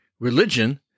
religion